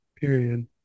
Period